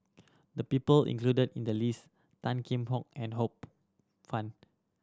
the people included in the list Tan Kheam Hock and Ho Poh Fun